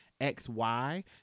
XY